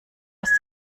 aus